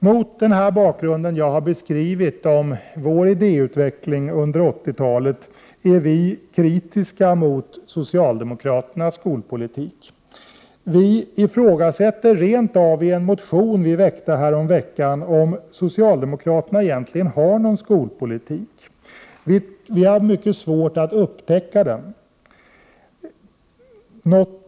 Mot bakgrund av den beskrivning jag gjort av vår idéutveckling under 80-talet är vi kritiska mot socialdemokraternas skolpolitik. Vi ifrågasätter rent av i en motion som vi väckte häromveckan om socialdemokraterna egentligen har någon skolpolitik. Vi har i varje fall mycket svårt att upptäcka den.